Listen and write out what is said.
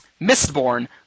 Mistborn